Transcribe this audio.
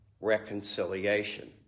reconciliation